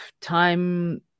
time